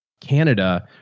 Canada